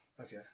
Okay